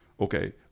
okay